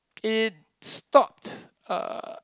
it stopped uh